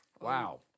Wow